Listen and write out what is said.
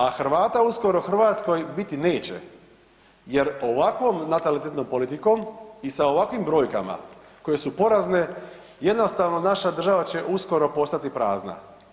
A Hrvata uskoro u Hrvatskoj biti neće jer ovakvom natalitetnom politikom i sa ovakvim brojkama koje su porazne jednostavno naša država će uskoro postati prazna.